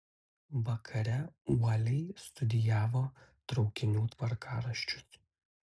vakare uoliai studijavo traukinių tvarkaraščius